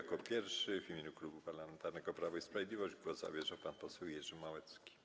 Jako pierwszy w imieniu Klubu Parlamentarnego Prawo i Sprawiedliwość głos zabierze pan poseł Jerzy Małecki.